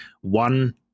one